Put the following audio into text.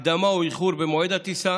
הקדמה או איחור במועד הטיסה,